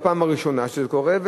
בפעם הראשונה שזה קורה,